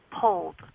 pulled